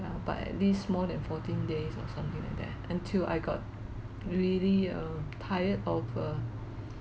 ya but at least more than fourteen days or something like that until I got really uh tired of uh